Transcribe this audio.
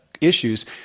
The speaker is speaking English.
issues